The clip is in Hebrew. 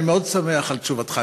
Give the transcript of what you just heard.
אני מאוד שמח על תשובתך.